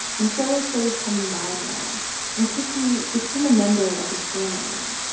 and solo started coming by more and quickly became a member of his family.